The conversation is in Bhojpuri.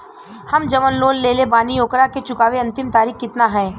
हम जवन लोन लेले बानी ओकरा के चुकावे अंतिम तारीख कितना हैं?